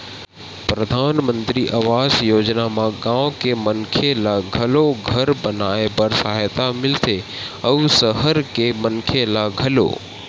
परधानमंतरी आवास योजना म गाँव के मनखे ल घलो घर बनाए बर सहायता मिलथे अउ सहर के मनखे ल घलो